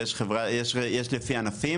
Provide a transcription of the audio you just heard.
ויש רשימה לפי ענפים.